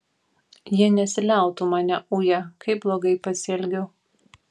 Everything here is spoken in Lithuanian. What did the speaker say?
jie nesiliautų mane uję kaip blogai pasielgiau